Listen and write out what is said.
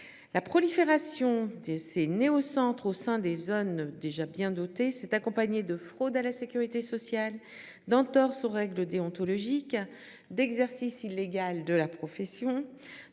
La prolifération des ces né au centre au sein des zones déjà bien dotées s'est accompagné de fraude à la sécurité sociale d'entorses aux règles déontologiques d'exercice illégal de la profession.